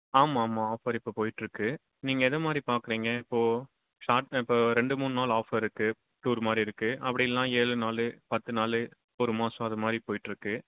ஆம் ஆமாம் ஆஃபர் இப்போ போயிட்ருக்கு நீங்கள் எதை மாதிரி பார்க்குறீங்க இப்போ ஷார்ட்னா இப்போ ரெண்டு மூணு நாள் ஆஃபர்ருக்கு டூரு மாதிரி இருக்குது அப்படி இல்லைனா ஏலு நாள் பத்து நாள் ஒரு மாசம் அது மாதிரி போயிட்ருக்கு